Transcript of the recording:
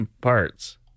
parts